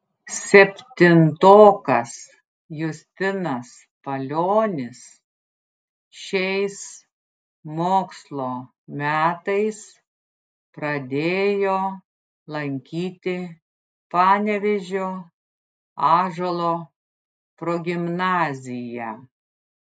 septintokas justinas palionis šiais mokslo metais pradėjo lankyti panevėžio ąžuolo progimnaziją